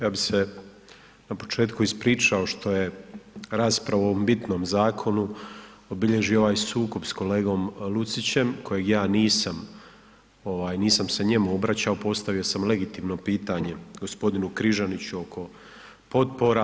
Ja bi se na početku ispričao što je raspravu o ovom bitnom zakonu obilježio ovaj sukob s kolegom Lucićem kojeg ja nisam, ovaj nisam se njemu obraćao, postavio sam legitimno pitanje g. Križaniću oko potpora.